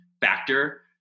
factor